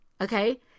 okay